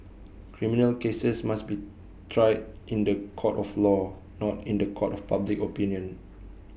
criminal cases must be tried in The Court of law not in The Court of public opinion